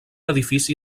edifici